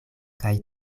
kaj